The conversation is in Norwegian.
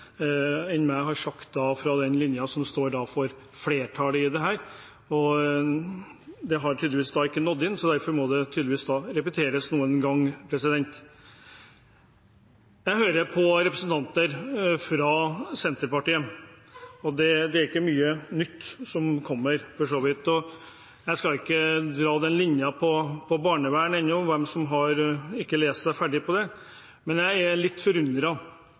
enn meg fra flertallet har sagt. Det har tydeligvis ikke nådd inn, så derfor må det tydeligvis repeteres noen ganger. Jeg hører på representanter fra Senterpartiet. Det er ikke mye nytt de kommer med. Jeg skal ikke ta opp hvem som ikke har lest seg ferdig om barnevern. Men jeg er litt